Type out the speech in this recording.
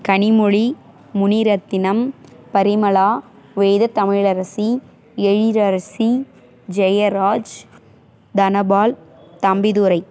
Kanimozhi Munirathinam Parimala Veda Tamilarasi Ezhilarasi Jayaraj Dhanapal Thambidurai